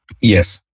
Yes